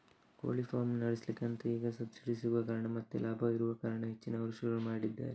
ಕೋಳಿ ಫಾರ್ಮ್ ನಡೆಸ್ಲಿಕ್ಕೆ ಅಂತ ಈಗ ಸಬ್ಸಿಡಿ ಸಿಗುವ ಕಾರಣ ಮತ್ತೆ ಲಾಭ ಇರುವ ಕಾರಣ ಹೆಚ್ಚಿನವರು ಶುರು ಮಾಡಿದ್ದಾರೆ